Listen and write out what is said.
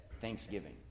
thanksgiving